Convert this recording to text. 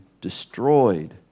destroyed